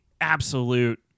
absolute